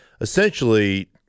essentially